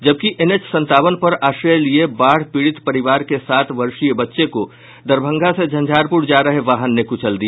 जबकि एनएच संतावन पर आश्रय लिये बाढ़ पीड़ित परिवार के सात वर्षीय बच्चे को दरभंगा से झंझारपुर जा रहे वाहन ने कुचल दिया